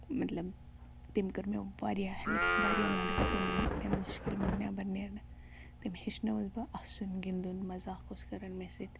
مطلب تٔمۍ کٔر مےٚ واریاہ ہؠلپ واریاہ مَدد کۆرنم تیٚمہِ مُشکِل منٛز نیبَر نیرنہٕ تٔمۍ ہیٚچھنٲوٕس بہٕ اَسُن گِندُن مَزاق اوس کَران مےٚ سۭتۍ